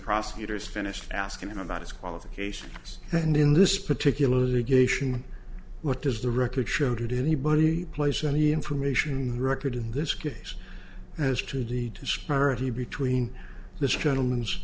prosecutors finished asking him about his qualifications and in this particular geisha what does the record show did anybody place any information in the record in this case as to the disparity between this gentleman's